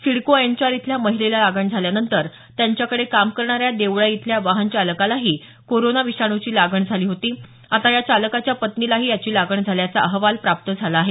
CIDCO N चार इथल्या महिलेला लागण झाल्यानंतर त्यांच्याकडे काम करणाऱ्या देवळाई इथल्या वाहन चालकालाही कोरोना विषाणूची लागण झाली होती आता या चालकाच्या पत्नीलाही याची लागण झाल्याचा अहवाल प्राप्त झाला आहे